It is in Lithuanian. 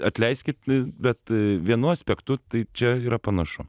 atleiskit bet vienu aspektu tai čia yra panašu